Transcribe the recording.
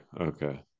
Okay